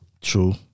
True